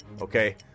okay